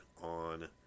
on